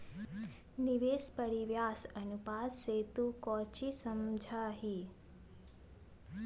निवेश परिव्यास अनुपात से तू कौची समझा हीं?